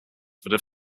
that